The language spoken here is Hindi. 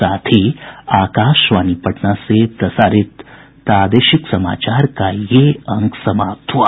इसके साथ ही आकाशवाणी पटना से प्रसारित प्रादेशिक समाचार का ये अंक समाप्त हुआ